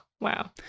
Wow